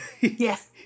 Yes